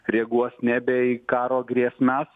reaguos nebe į karo grėsmes